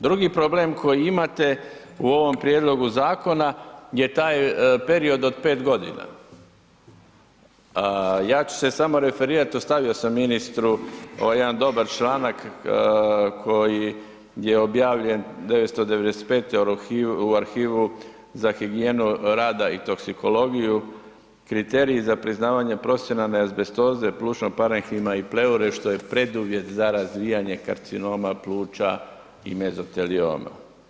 Drugi problem koji imate u ovom prijedlogu zakona je taj period od 5.g. Ja ću se samo referirat, ostavio sam ministru ovaj jedan dobar članak koji je objavljen '995 u Arhivu za higijenu rada i toksikologiju, kriteriji za priznavanje profesionalne azbestoze i plućnog parenhima i pleure, što je preduvjet za razvijanje karcinoma pluća i mezotelioma.